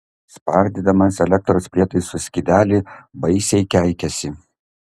spardydamas elektros prietaisų skyrelį baisiai keikėsi